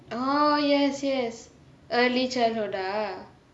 orh yes yes early childhood ah